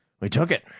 we took it,